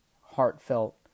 heartfelt